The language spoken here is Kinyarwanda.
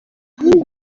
yize